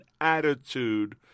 attitude